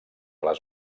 les